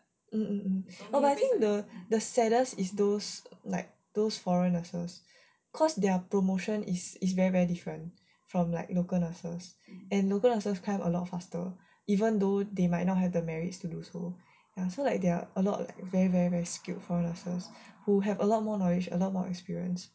oh but I think the saddest is those like those foreign nurses cause their promotion is is very very different from like local nurses and local nurses kind of a lot faster even though they might not have the merits to do so and so like they're a lot like very very very skilled foreign nurses who have a lot more knowledge and a lot more experience